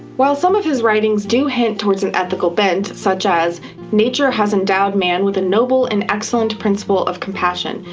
while some of his writings so hint towards an ethical bent, such as nature has endowed man with a noble and excellent principle of compassion,